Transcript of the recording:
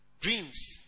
Dreams